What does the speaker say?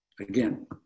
again